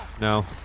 No